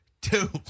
Two